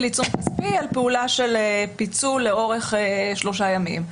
עיצום כספי על פעולה של פיצול לאורך שלושה ימים.